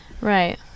right